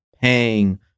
paying